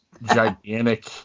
gigantic